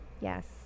Yes